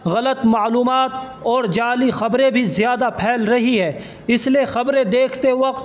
غلط معلومات اور جعلی خبریں بھی زیادہ پھیل رہی ہیں اس لیے خبریں دیکھتے وقت